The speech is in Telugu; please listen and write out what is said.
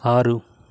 ఆరు